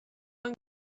going